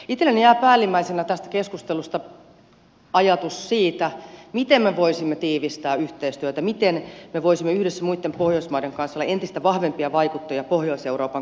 itselleni jää päällimmäisenä tästä keskustelusta ajatus siitä miten me voisimme tiivistää yhteistyötä miten me voisimme yhdessä muitten pohjoismaiden kanssa olla entistä vahvempia vaikuttajia pohjois euroopan kysymyksissä